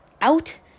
out